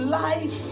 life